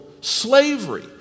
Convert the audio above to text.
slavery